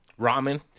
Ramen